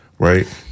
right